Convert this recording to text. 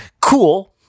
cool